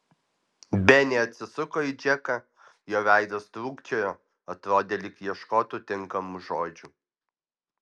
benė atsisuko į džeką jo veidas trūkčiojo atrodė lyg ieškotų tinkamų žodžių